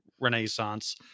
renaissance